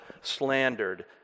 slandered